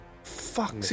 Fuck